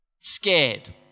Scared